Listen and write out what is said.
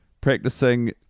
practicing